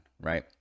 right